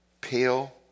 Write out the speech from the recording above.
pale